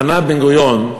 ענה בן-גוריון: